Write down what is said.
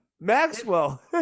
Maxwell